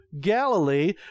Galilee